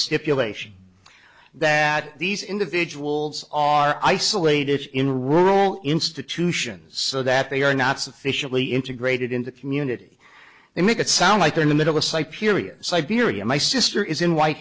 stipulation that these individuals are isolated in rule institutions so that they are not sufficiently integrated into the community they make it sound like they're in the middle a site period siberia my sister is in white